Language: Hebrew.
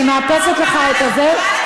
אני מאפסת לך את השעון,